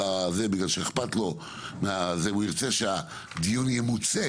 בגלל שאכפת לו והוא ירצה שהדיון ימוצה